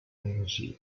energy